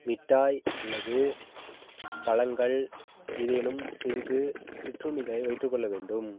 மிட்டாய் அல்லது பழங்கள் ஏதேனும் சிறிது சிற்றுண்டிகளை வைற்றுக்கொள்ள வேண்டும்